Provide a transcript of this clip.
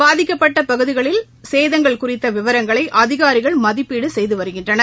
பாதிக்கப்பட்ட பகுதிகளில் சேதங்கள் குறித்த விவரங்களை அதிகாரிகள் மதிப்பீடு செய்து வருகின்றனர்